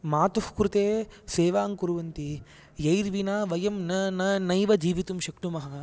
मातुः कृते सेवां कुर्वन्ति यैर्विना वयं न न नैव जीवितुं शक्नुमः